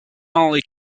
only